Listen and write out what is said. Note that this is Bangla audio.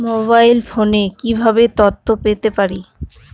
মোবাইল ফোনে কিভাবে তথ্য পেতে পারি?